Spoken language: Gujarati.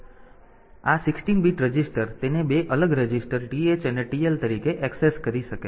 તેથી આ 16 બીટ રજીસ્ટર તેને 2 અલગ રજીસ્ટર TH અને TL તરીકે એક્સેસ કરી શકાય છે